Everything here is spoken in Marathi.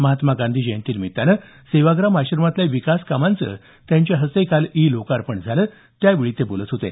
महात्मा गांधी जयंतीनिमित्तानं सेवाग्राम आश्रमातल्या विकास कामांचं त्यांच्या हस्ते काल ई लोकार्पण झालं त्यावेळी ते बोलत होते